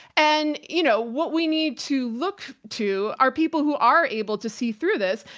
and you know what we need to look to are people who are able to see through this.